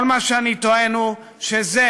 כל מה שאני טוען הוא שזה,